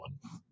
one